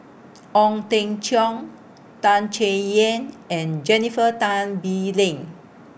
Ong Teng Cheong Tan Chay Yan and Jennifer Tan Bee Leng